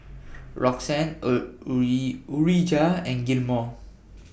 Roxane Urijah and Gilmore